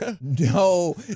no